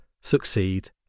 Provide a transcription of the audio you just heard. succeed